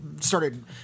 started